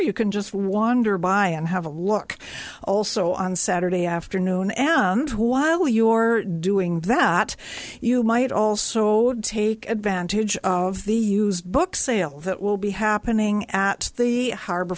you can just wander by and have a look also on saturday afternoon and while you're doing that you might also take advantage of the used book sale that will be happening at the harbor